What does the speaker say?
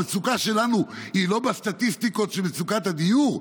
המצוקה שלנו היא לא בסטטיסטיקות של מצוקת הדיור?